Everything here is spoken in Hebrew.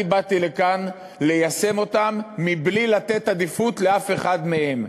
אני באתי לכאן ליישם אותם מבלי לתת עדיפות לאף אחד מהם,